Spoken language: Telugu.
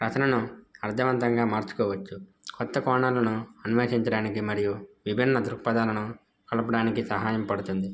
రచనను అర్థవంతంగా మార్చుకోవచ్చు కొత్త కోణాలను అన్వేషించడానికి మరియు విభిన్న దృక్పదాలను కలపడానికి సహాయం పడుతుంది